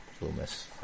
Loomis